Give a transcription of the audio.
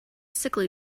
sickly